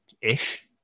ish